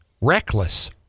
reckless